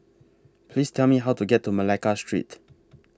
Please Tell Me How to get to Malacca Street